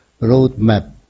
roadmap